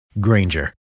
Granger